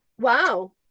wow